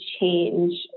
change